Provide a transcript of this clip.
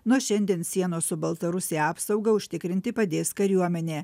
nuo šiandien sienos su baltarusija apsaugą užtikrinti padės kariuomenė